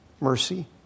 Mercy